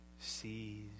sees